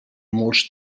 molts